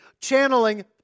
channeling